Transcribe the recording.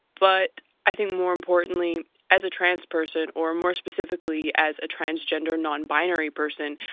but i think more importantly as a trans person, or more specifically as a transgender non binary person,